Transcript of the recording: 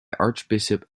archbishop